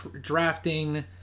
drafting